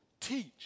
teach